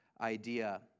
idea